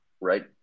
right